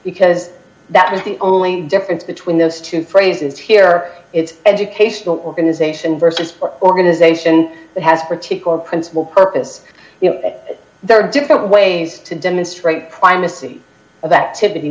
because that is the only difference between those two phrases here it's educational organization versus organization that has a particular principal purpose there are different ways to demonstrate primacy of activity